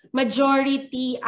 majority